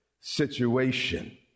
situation